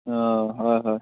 অঁ হয় হয়